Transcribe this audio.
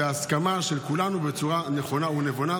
בהסכמה של כולנו בצורה נכונה ונבונה.